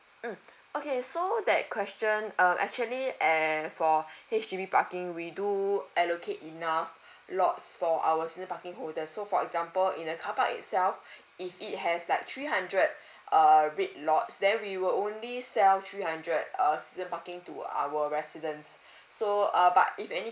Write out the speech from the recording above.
mm okay so that question um actually eh for H_D_B parking we do allocate enough lots for our season parking holder so for example in the carpark itself if it has like three hundred err red lots then we will only sell three hundred err season parking to our residence so uh but if any